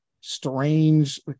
strange